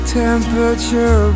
temperature